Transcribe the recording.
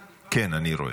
כן, אני רואה.